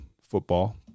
football